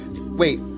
Wait